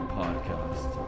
podcast